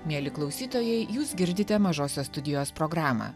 mieli klausytojai jūs girdite mažosios studijos programą